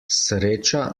sreča